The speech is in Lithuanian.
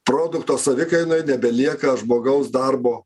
produkto savikainoj nebelieka žmogaus darbo